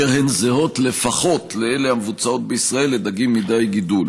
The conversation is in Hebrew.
שהן זהות לפחות לאלה הנעשות בישראל לדגים מדיג גידול.